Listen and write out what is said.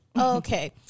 Okay